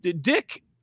Dick